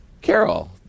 Carol